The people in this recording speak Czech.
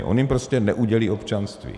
On jim prostě neudělí občanství.